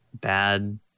bad